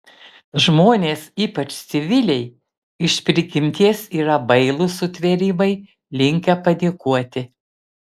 žmonės ypač civiliai iš prigimties yra bailūs sutvėrimai linkę panikuoti